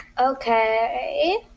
Okay